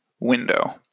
window